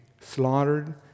slaughtered